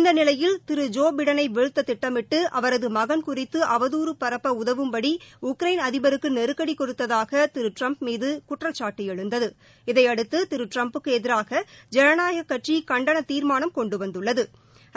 இந்ந நிலையில் திரு ஜோ பிடனை வீழ்த்த திட்டமிட்டு அவரது மகன் குறித்து அவதாறு பரப்ப உதவும்படி உக்ரைன் அதிபருக்கு நெருக்கடி கொடுத்ததாக திரு டிரம்ப் மீது குற்றச்சாட்டு எழுந்தது இதையடுத்து திரு டிரம்புக்கு எதிராக ஜனநாயகக் கட்சி பதவி நீக்கம் செய்யக்கோரும் தீர்மானத்தை